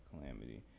calamity